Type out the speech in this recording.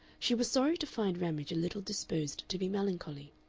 she was sorry to find ramage a little disposed to be melancholy.